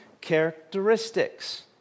characteristics